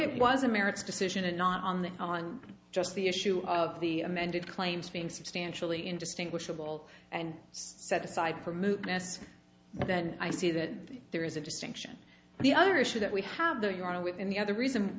it was a merits decision and not on that on just the issue of the amended claims being substantially indistinguishable and set aside for moot as then i see that there is a distinction the other issue that we have there you are within the other reason